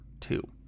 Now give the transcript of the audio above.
two